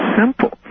simple